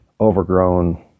overgrown